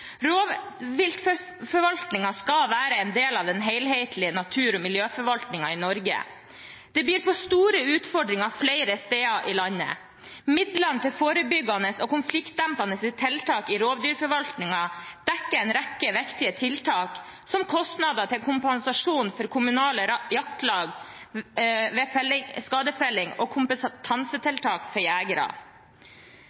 skal være en del av den helhetlige natur- og miljøforvaltningen i Norge. Det byr på store utfordringer flere steder i landet. Midlene til forebyggende og konfliktdempende tiltak i rovdyrforvaltningen dekker en rekke viktige tiltak, som kostnader til kompensasjon til kommunale jaktlag ved skadefelling og